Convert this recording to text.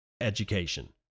education